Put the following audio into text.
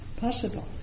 possible